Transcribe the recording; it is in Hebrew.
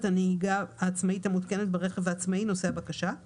הנהיגה העצמאית המותקנת ברכב העצמאי נושא הבקשה;